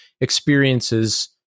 experiences